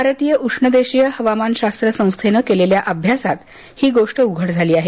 भारतीय उष्णदेशीय हवामानशास्त्र संस्थेनं केलेल्या अभ्यासात ही गोष्ट उघड झाली आहे